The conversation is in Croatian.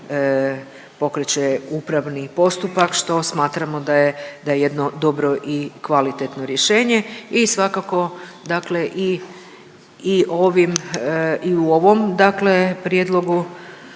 pokreće upravni postupak što smatramo da je jedno dobro, dobro i kvalitetno rješenje. I svakako dakle i ovim i u